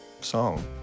song